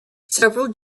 several